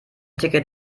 ticket